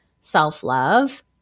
self-love